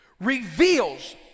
reveals